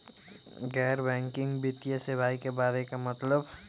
गैर बैंकिंग वित्तीय सेवाए के बारे का मतलब?